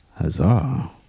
Huzzah